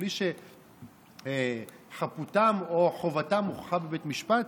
בלי שחפותם או חובתם הוכחה בבית משפט?